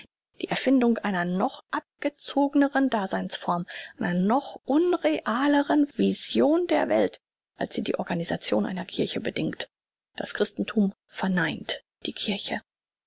die erfindung einer noch abgezogneren daseinsform einer noch unrealeren vision der welt als sie die organisation einer kirche bedingt das christenthum verneint die kirche